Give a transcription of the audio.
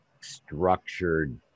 structured